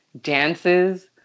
dances